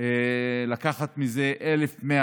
לקחת מזה 1,100